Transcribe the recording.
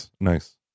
Nice